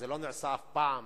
זה לא נעשה אף פעם,